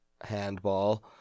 handball